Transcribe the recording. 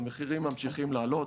והמחירים ממשיכים לעלות.